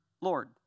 Lord